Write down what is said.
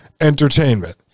entertainment